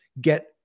Get